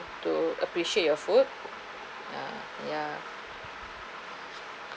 to appreciate your food ya ya